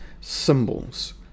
symbols